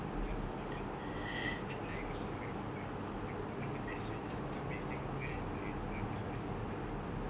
ya we'll be fourty then like also like eh oh my god eh ti you know what's the best way to make singaporeans like not use plastic bags